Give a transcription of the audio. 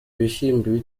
ibishyimbo